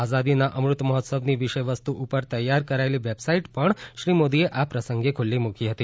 આઝાદીના અમૃત મહોત્સવની વિષય વસ્તુ ઉપર તૈયાર કરાયેલી વેબસાઈટ પણ શ્રી મોદીએ આ પ્રસંગે ખુલ્લી મૂકી હતી